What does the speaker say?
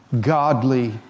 godly